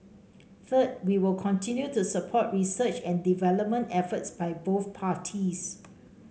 third we will continue to support research and development efforts by both parties